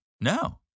No